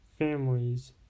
...families